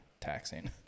taxing